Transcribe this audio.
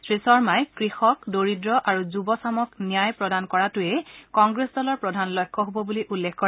শ্ৰী শৰ্মাই কৃষক দৰিদ্ৰ আৰু যুৱচামক ন্যায় প্ৰদান কৰাতোৱে কংগ্ৰেছ দলৰ প্ৰধান লক্ষ্য হব বুলি উল্লেখ কৰে